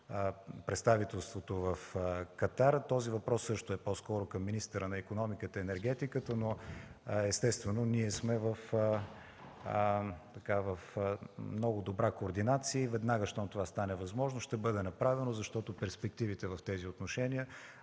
представителството в Катар, този въпрос също е по-скоро към министъра на икономиката и енергетиката. Естествено, ние сме в много добра координация и веднага щом това стане възможно, ще бъде направено. Защото перспективите в тези отношения